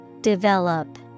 Develop